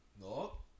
No